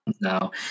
No